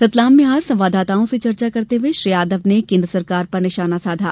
रतलाम में आज संवाददाताओं से चर्चा करते हुए श्री यादव ने केन्द्र सरकार पर निशाना साधा